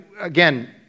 again